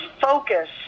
focus